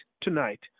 tonight